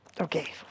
Okay